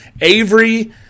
Avery